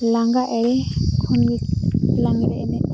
ᱞᱟᱸᱜᱟ ᱮᱲᱮ ᱠᱷᱚᱱᱜᱮ ᱞᱟᱸᱜᱽᱲᱮ ᱮᱱᱮᱡᱫᱚ